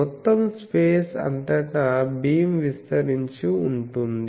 మొత్తం స్పేస్ అంతటా భీమ్ విస్తరించి ఉంటుంది